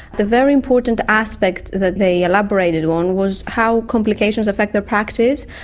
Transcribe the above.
the very important aspect that they elaborated on was how complications affect their practice.